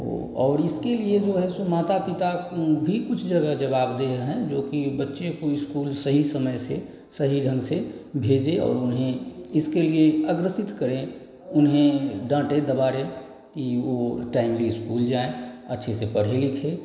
और इसके लिए जो है सो माता पिता भी कुछ जगह जवाबदेह हैं जो कि बच्चे को स्कूल सही समय से सही ढंग से भेजें और उन्हें इसके लिए अग्रसित करें उन्हें डाँटें दबाड़ें कि वे टाइमली स्कूल जायें अच्छे से पढ़ें लिखें